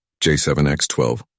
J7X12